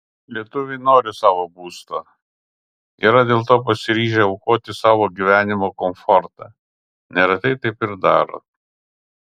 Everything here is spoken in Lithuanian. lietuviai nori savo būsto yra dėl to pasiryžę aukoti savo gyvenimo komfortą neretai taip ir daro